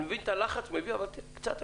אני מבין את הלחץ אבל קצת הקשבה.